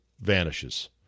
vanishes